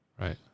Right